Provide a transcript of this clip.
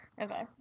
okay